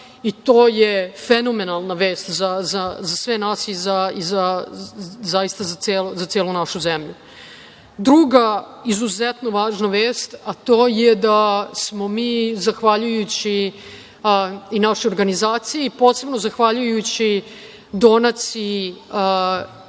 i to je fenomenalna vest za sve nas i zaista za celu našu zemlju. Druga izuzetno važna vest - da smo mi, zahvaljujući i našoj organizaciji, a posebno zahvaljujući donaciji